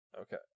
Okay